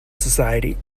society